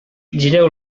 gireu